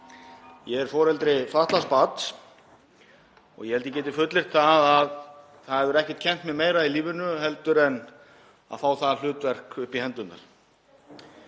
Ég er foreldri fatlaðs barns og ég held ég geti fullyrt að það hefur ekkert kennt mér meira í lífinu heldur en að fá það hlutverk upp í hendurnar.